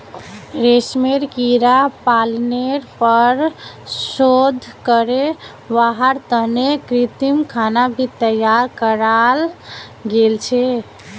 रेशमेर कीड़ा पालनेर पर शोध करे वहार तने कृत्रिम खाना भी तैयार कराल गेल छे